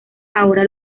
ahora